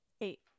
Eight